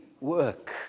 work